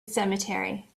cemetery